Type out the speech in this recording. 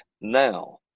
now